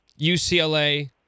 UCLA